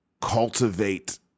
cultivate